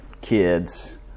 kids